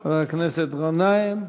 חבר הכנסת גנאים.